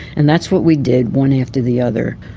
and that's what we did, one after the other.